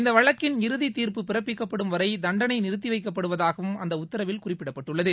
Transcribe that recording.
இந்த வழக்கின் இறுதி தீர்ப்பு பிறப்பிக்கப்படும் வரை தண்டனை நிறுத்திவைக்கப்படுவதாகவும் அந்த உத்தரவில் குறிப்பிடப்பட்டுள்ளது